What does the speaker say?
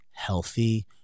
healthy